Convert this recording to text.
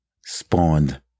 spawned